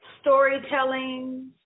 storytelling